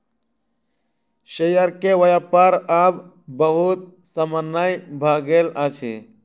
share के व्यापार आब बहुत सामान्य भ गेल अछि